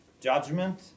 judgment